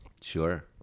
Sure